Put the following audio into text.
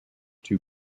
two